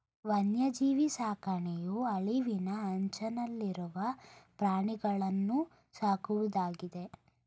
ವನ್ಯಜೀವಿ ಸಾಕಣೆಯು ಅಳಿವಿನ ಅಂಚನಲ್ಲಿರುವ ಪ್ರಾಣಿಗಳನ್ನೂ ಸಾಕುವುದಾಗಿದೆ